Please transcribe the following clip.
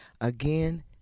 Again